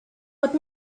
what